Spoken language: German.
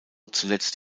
zuletzt